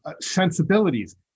sensibilities